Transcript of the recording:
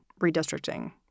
redistricting